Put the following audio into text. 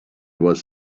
was